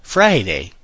Friday